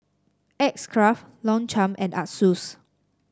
X Craft Longchamp and Asus